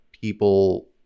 people